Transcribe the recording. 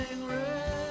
red